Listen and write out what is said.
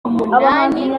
umunani